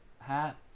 hat